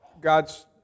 God's